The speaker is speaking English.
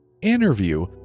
Interview